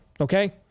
okay